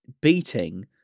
beating